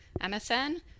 MSN